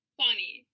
funny